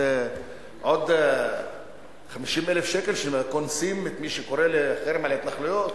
זה עוד 50,000 שקל שקונסים את מי שקורא לחרם על ההתנחלויות?